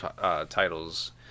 titles